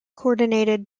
coordinated